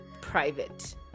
private